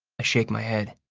ah shake my head.